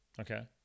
Okay